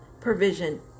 provision